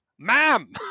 Ma'am